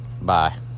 bye